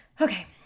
Okay